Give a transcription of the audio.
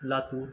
Latur